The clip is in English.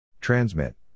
Transmit